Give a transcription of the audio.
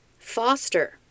foster